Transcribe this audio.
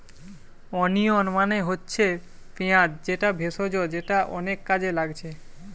onion মানে হচ্ছে পিঁয়াজ যেটা ভেষজ যেটা অনেক কাজে লাগছে